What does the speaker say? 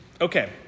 Okay